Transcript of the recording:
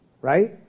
Right